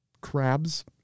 crabs